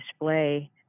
display